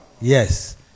Yes